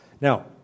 Now